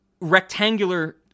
rectangular